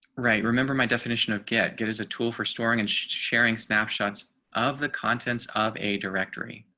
right. remember my definition of get get is a tool for storing and sharing snapshots of the contents of a directory.